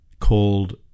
called